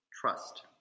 trust